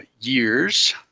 years